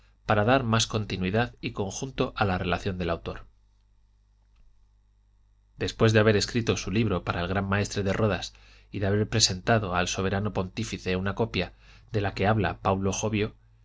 para dar más continuidad y conjunto a la relación del autor xxiii después de haber escrito su libro para el gran maestre de rodas y de haber presentado al soberano pontífice una copia de la que habla paulo jovio